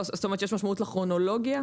יש משמעות לכרונולוגיה?